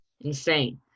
Insane